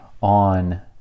on